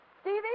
Stevie